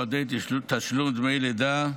מועדי תשלום דמי לידה),